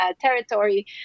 territory